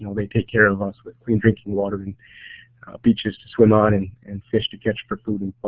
you know they take care of us with clean drinking water and beaches to swim on and and fish to catch for food and fun.